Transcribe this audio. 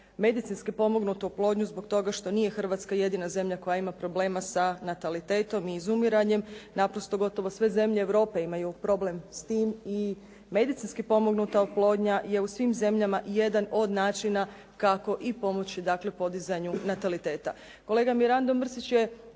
medicinsku pomognutu oplodnju zbog toga što nije Hrvatska jedina zemlja koja ima problema sa natalitetom i izumiranjem. Naprosto gotovo sve zemlje Europe imaju problem s tim i medicinski pomognuta oplodnja je u svim zemljama jedan od načina kako i pomoći dakle podizanju nataliteta.